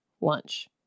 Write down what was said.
lunch